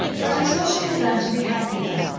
but until she has learnt to be happy there,